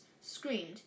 screamed